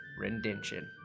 rendition